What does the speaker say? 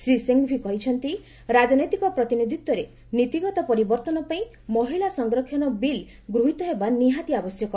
ଶ୍ରୀ ସିଙ୍ଗ୍ଭୀ କହିଛନ୍ତି ରାଜନୈତିକ ପ୍ରତିନିଧିତ୍ୱରେ ନୀତିଗତ ପରିବର୍ତ୍ତନ ପାଇଁ ମହିଳା ସଂରକ୍ଷଣ ବିଲ୍ ଗୃହୀତ ହେବା ନିହାତି ଆବଶ୍ୟକ